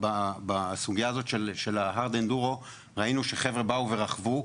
בסוגיה הזאת של הארד-אנדורו ראינו שחבר'ה באו ורכבו,